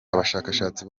abashakashatsi